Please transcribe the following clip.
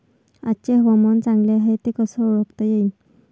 आजचे हवामान चांगले हाये हे कसे ओळखता येईन?